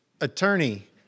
attorney